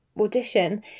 audition